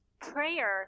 Prayer